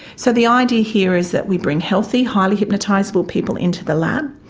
so the idea here is that we bring healthy, highly hypnotisable people in to the lab,